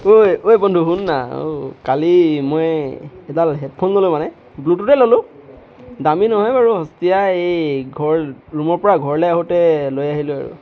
ঐ ঐ বন্ধু শুননা অঁ কালি মই এডাল হেডফোন ল'লোঁ মানে ব্লুটুথে ল'লোঁ দামী নহয় বাৰু সস্তীয়া এই ঘৰ ৰুমৰপৰা ঘৰলৈ আহোঁতে লৈ আহিলোঁ আৰু